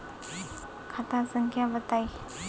खाता संख्या बताई?